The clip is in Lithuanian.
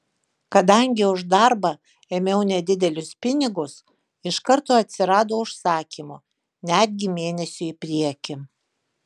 kadangi už darbą ėmiau nedidelius pinigus iš karto atsirado užsakymų netgi mėnesiui į priekį